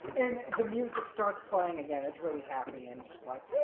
and the music starts playing again, it's really happy and just like